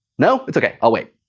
no? it's ok, i'll wait.